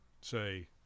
say